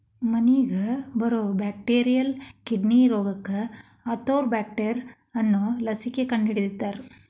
ಮೇನಿಗೆ ಬರು bacterial kidney ರೋಗಕ್ಕ ಆರ್ತೋಬ್ಯಾಕ್ಟರ್ ಅನ್ನು ಲಸಿಕೆ ಕಂಡಹಿಡದಾರ